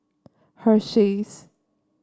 Hersheys